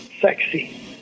sexy